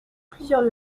plusieurs